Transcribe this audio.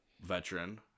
veteran